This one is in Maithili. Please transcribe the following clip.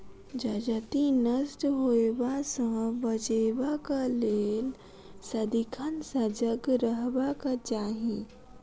जजति नष्ट होयबा सँ बचेबाक लेल सदिखन सजग रहबाक चाही